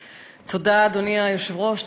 תודה, אדוני היושב-ראש.